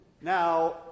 now